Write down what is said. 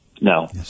No